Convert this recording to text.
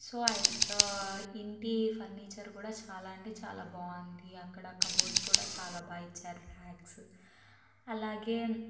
so అయితే ఇంటి furniture కూడా చాలా అంటే చాలా బాగుంది అక్కడ కబోర్డ్స్ కూడా చాలా బాగా ఇచ్చారు ర్యాక్స్ అలాగే